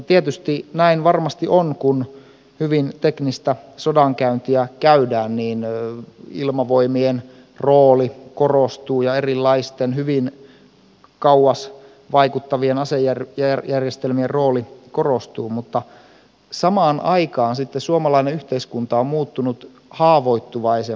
tietysti näin varmasti on kun hyvin teknistä sodankäyntiä käydään että ilmavoimien rooli korostuu ja erilaisten hyvin kauas vaikuttavien asejärjestelmien rooli korostuu mutta samaan aikaan sitten suomalainen yhteiskunta on muuttunut haavoittuvaisemmaksi